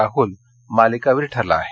राहुल मालिकावीर ठरला आहे